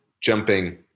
jumping